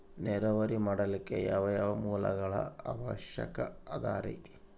ನೇರಾವರಿ ಮಾಡಲಿಕ್ಕೆ ಯಾವ್ಯಾವ ಮೂಲಗಳ ಅವಶ್ಯಕ ಅದರಿ?